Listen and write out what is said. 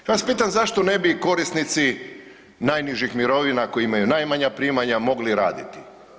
Ja vas pitam zašto ne bi korisnici najnižih mirovina, koji imaju najmanja primanja mogli raditi?